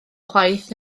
chwaith